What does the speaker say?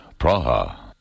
Praha